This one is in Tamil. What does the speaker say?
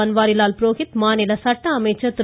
பன்வாரிலால் புரோஹித் மாநில சட்ட அமைச்சர் திரு